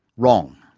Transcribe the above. wrong,